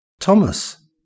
Thomas